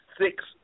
six